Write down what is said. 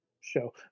show